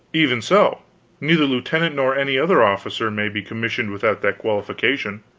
even so neither lieutenant nor any other officer may be commissioned without that qualification.